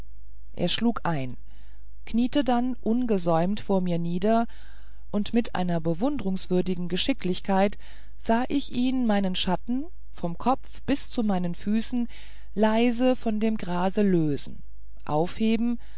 er schlug ein kniete dann ungesäumt vor mir nieder und mit einer bewundernswürdigen geschicklichkeit sah ich ihn meinen schatten vom kopf bis zu meinen füßen leise von dem grase lösen aufheben